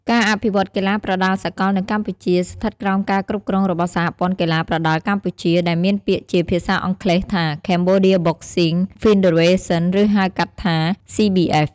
ការអភិវឌ្ឍន៍កីឡាប្រដាល់សកលនៅកម្ពុជា ស្ថិតក្រោមការគ្រប់គ្រងរបស់សហព័ន្ធកីឡាប្រដាល់កម្ពុជា ដែលមានពាក្យជាភាសាអង់គ្លេសថា Cambodia Boxing Federation ឬហៅកាត់ថា CBF។